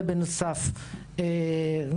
ובנוסף אנחנו